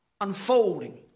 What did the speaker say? unfolding